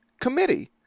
committee